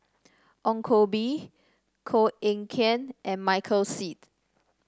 Ong Koh Bee Koh Eng Kian and Michael Seet